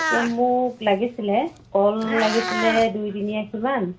এতিয়া মোক লাগিছিল কল লাগিছিল দুই তিনি আষিমান